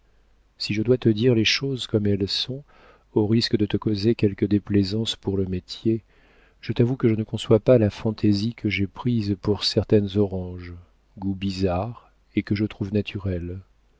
si je dois te dire les choses comme elles sont au risque de te causer quelque déplaisance pour le métier je t'avoue que je ne conçois pas la fantaisie que j'ai prise pour certaines oranges goût bizarre et que je trouve naturel